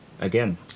Again